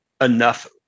enough